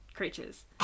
creatures